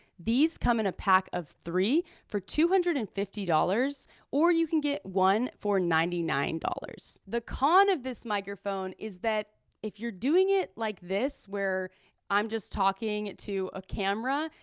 these come in a pack of three for two hundred and fifty dollars or you can get one for ninety nine dollars. the con of this microphone is that if you're doing it like this where i'm just talking to a camera,